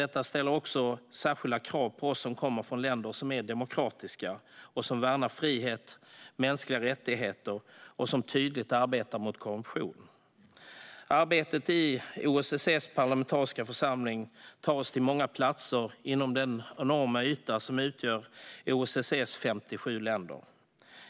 Detta ställer särskilda krav på oss som kommer från länder som är demokratiska och som värnar frihet och mänskliga rättigheter samt arbetar tydligt mot korruption. Arbetet i OSSE:s parlamentariska församling tar oss till många platser inom den enorma yta som utgör OSSE:s 57 länder.